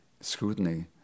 scrutiny